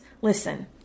Listen